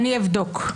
אני אבדוק.